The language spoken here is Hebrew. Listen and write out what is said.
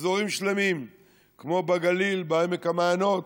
אזורים שלמים כמו בגליל, בעמק המעיינות,